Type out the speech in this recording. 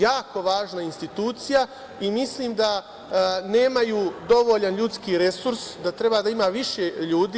Jako važna institucija i mislim da nemaju dovoljno ljudskih resursa, da treba da ima više ljudi.